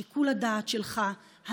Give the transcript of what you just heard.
שיקול הדעת שלך,